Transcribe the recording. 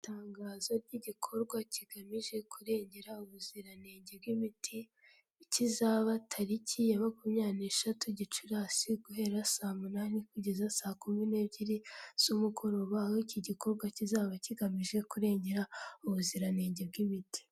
Itangazo ry'igikorwa kigamije kurengera ubuziranenge bw'imiti, kizaba tariki ya makumyabiri n'eshatu gicurasi, guhera saa munani kugeza saa kumi n'ebyiri z'umugoroba, aho iki gikorwa kizaba kigamije kurengera ubuziranenge bw'imiti.